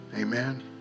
Amen